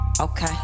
Okay